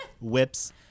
whips